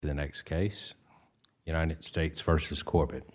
the next case united states versus corporate